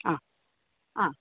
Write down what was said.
आं आं